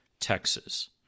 Texas